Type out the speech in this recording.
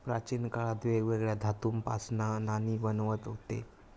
प्राचीन काळात वेगवेगळ्या धातूंपासना नाणी बनवत हुते